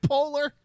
Polar